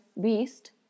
Beast